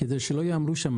כדי שלא יהמרו שם.